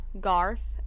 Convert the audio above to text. Garth